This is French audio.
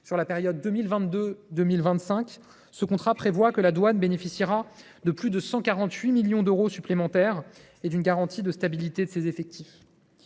Pour la période 2022 2025, ce contrat prévoit que cette institution bénéficiera de plus de 148 millions d’euros supplémentaires et d’une garantie de stabilité de ses effectifs.